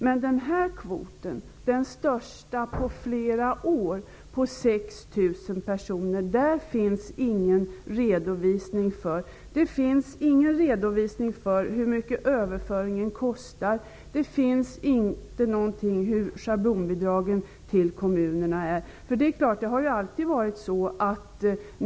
För denna kvot på 6 000 personer, den största på flera år, finns ingen redovisning av hur mycket överföringen kostar. Det finns inte någon redovisning av schablonbidragen till kommunerna.